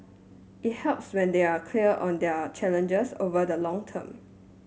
it helps when they are clear on their challenges over the long term